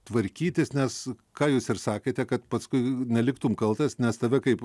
tvarkytis nes ką jūs ir sakėte kad paskui neliktum kaltas nes tave kaip